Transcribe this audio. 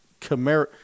Camaro –